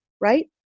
right